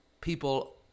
people